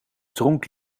dronk